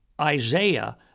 Isaiah